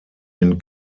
den